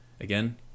Again